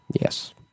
yes